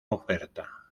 oferta